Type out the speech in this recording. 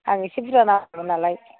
आंनो इसे बुरजा नांगौमोन नालाय